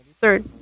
Third